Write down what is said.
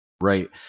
right